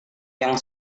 yang